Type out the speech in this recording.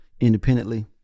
independently